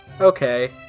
Okay